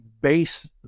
base